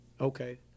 Okay